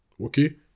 okay